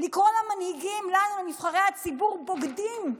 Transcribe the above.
לקרוא למנהיגים, לנו, לנבחרי הציבור, "בוגדים",